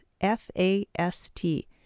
F-A-S-T